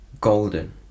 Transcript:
golden